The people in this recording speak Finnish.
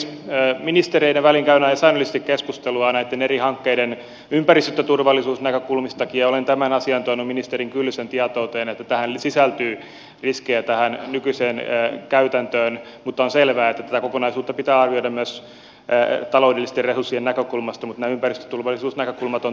ministereiden välillä käydään säännöllisesti keskustelua näitten eri hankkeiden ympäristöturvallisuusnäkökulmistakin ja olen tämän asian tuonut ministeri kyllösen tietouteen että tähän nykyiseen käytäntöön sisältyy riskejä mutta on selvää että tätä kokonaisuutta pitää arvioida myös taloudellisten resurssien näkökulmasta mutta nämä ympäristöturvallisuusnäkökulmat on tuotu esille